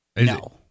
No